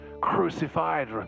crucified